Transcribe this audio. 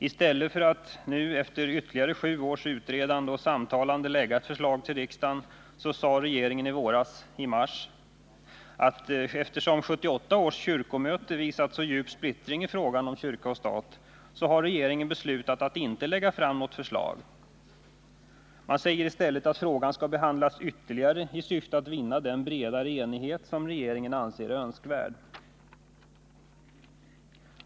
I stället för att nu, efter ytterligare 7 års utredande och samtalande, lägga ett förslag till riksdagen, sade regeringen i mars i våras att eftersom 1978 års kyrkomöte visat djup splittring i frågan kyrka-stat, har regeringen beslutat att inte lägga fram något förslag. Man säger i stället att frågan skall handläggas ytterligare i syfte att vinna den bredare enighet som regeringen anser önskvärd.